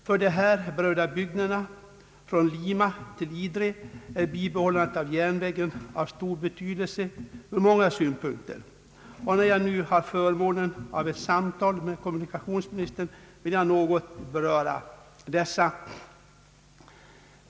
För de här berörda bygderna, från Lima till Idre, är bibehållandet av järnvägen av stor betydelse ur många synpunkter, och när jag nu har förmånen av ett samtal med kommunikationsministern vill jag något beröra dessa.